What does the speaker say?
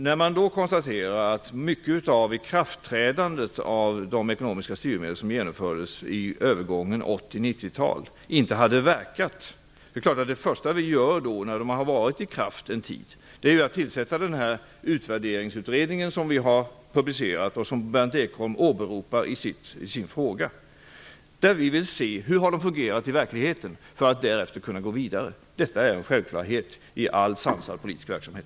Vi konstaterade att mycket av det planerade ikraftträdandet av ekonomiska styrmedel i övergången mellan 80-talet och 90-talet inte hade förverkligats, och det första som vi gjorde när de hade varit i kraft en tid var att tillsätta den utvärderingsutredning som vi har aviserat och som Berndt Ekholm åberopar i sin fråga. Vi vill se hur de ekonomiska styrmedlen har fungerat i verkligheten, så att vi därefter skall kunna gå vidare. Detta är en självklarhet i all sansad politisk verksamhet.